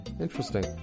Interesting